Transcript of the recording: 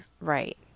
Right